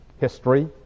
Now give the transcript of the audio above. history